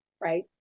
right